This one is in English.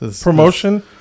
Promotion